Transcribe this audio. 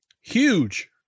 huge